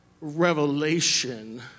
revelation